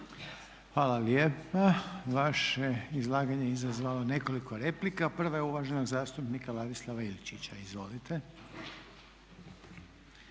Hvala lijepa. Vaše je izlaganje izazvalo nekoliko replika. Prva je uvaženog zastupnika Ladislava Ilčića. Izvolite.